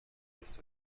گرفت